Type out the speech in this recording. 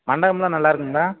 மண்டபமெம்லாம் நல்லா இருக்குங்களா